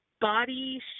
body